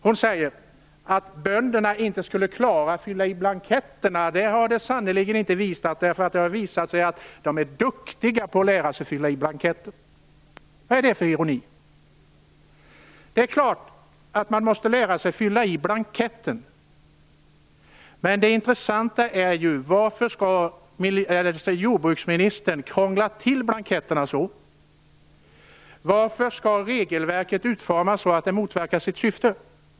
Hon säger att bönderna inte skulle klara att fylla i blanketterna. Så är det sannerligen inte, utan det har visat sig att de är duktiga på att lära sig fylla i blanketter. Vad är detta för ironi? Det är klart att man måste lära sig att fylla i blanketten, men det intressanta är ju varför jordbruksministern skall krångla till blanketterna så. Varför skall regelverket vara utformat så att det motverkar sitt syfte?